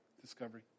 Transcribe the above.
discovery